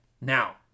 Now